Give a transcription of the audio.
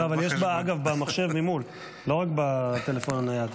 אבל יש במחשב ממול, אגב, לא רק בטלפון הנייד.